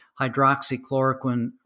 hydroxychloroquine